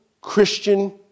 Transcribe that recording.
Christian